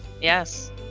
Yes